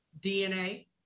DNA